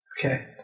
okay